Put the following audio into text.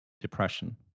depression